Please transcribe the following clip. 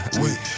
wait